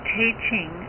teaching